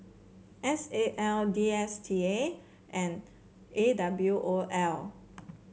S A L D S T A and A W O L